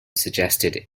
suggested